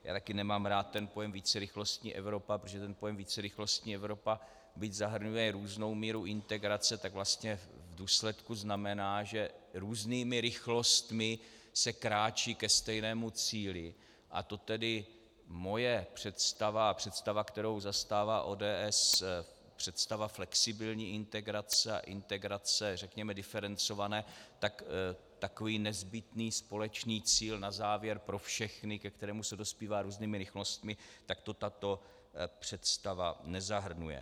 Já také nemám rád ten pojem vícerychlostní Evropa, protože pojem vícerychlostní Evropa, byť zahrnuje různou míru integrace, tak vlastně v důsledku znamená, že různými rychlostmi se kráčí ke stejnému cíli, a to tedy moje představa a představa, kterou zastává ODS, představa flexibilní integrace a integrace, řekněme, diferencované, tak takový nezbytný společný cíl na závěr pro všechny, ke kterému se dospívá různými rychlostmi, tak to tato představa nezahrnuje.